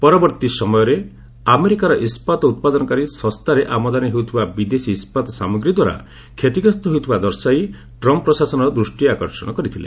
ପରବର୍ତ୍ତୀ ସମୟରେ ଆମେରିକାର ଇସ୍କାତ ଉତ୍ପାଦନକାରୀ ଶସ୍ତାରେ ଆମଦାନୀ ହେଉଥିବା ବିଦେଶୀ ଇସ୍କାତ ସାମଗ୍ରୀଦ୍ୱାରା କ୍ଷତିଗ୍ରସ୍ତ ହେଉଥିବା ଦର୍ଶାଇ ଟ୍ରମ୍ପ୍ ପ୍ରଶାସନର ଦୃଷ୍ଟି ଆକର୍ଷଣ କରିଥିଲେ